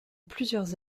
plusieurs